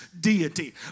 deity